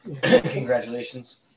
Congratulations